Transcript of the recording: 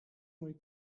mój